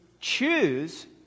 choose